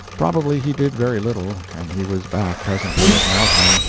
probably he did very little, and he was back presently at nauheim,